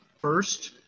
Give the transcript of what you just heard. first